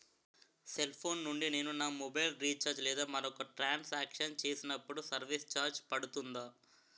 Cell phone నుండి నేను నా మొబైల్ రీఛార్జ్ లేదా మరొక ట్రాన్ సాంక్షన్ చేసినప్పుడు సర్విస్ ఛార్జ్ పడుతుందా?